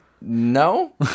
No